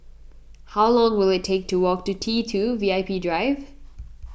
how long will it take to walk to T two V I P Drive